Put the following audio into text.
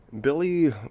Billy